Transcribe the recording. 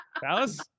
Dallas